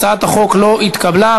הצעת החוק לא התקבלה.